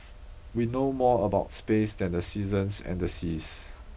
we know more about space than the seasons and the seas